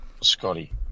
Scotty